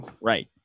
Right